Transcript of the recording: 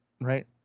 Right